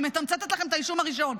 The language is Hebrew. אני מתמצתת לכם את האישום הראשון.